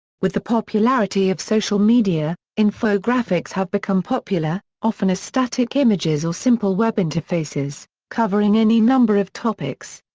with the popularity of social media, infographics have become popular, often as static images or simple web interfaces, covering any number of topics.